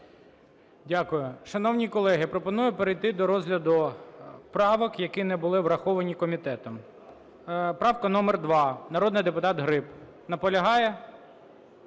Дякую. Шановні колеги! Пропоную перейти до розгляду правок, які не були враховані комітетом. Правка номер 2, народний депутат Гриб. Наполягає?